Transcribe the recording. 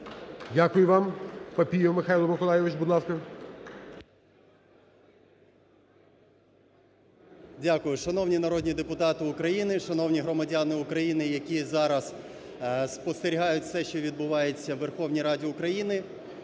Дякую вам. Папієв Михайло Миколайович, будь ласка. 10:50:28 ПАПІЄВ М.М. Дякую. Шановні народні депутати України, шановні громадяни України, які зараз спостерігають все, що відбувається у Верховній Раді України.